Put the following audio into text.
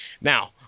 Now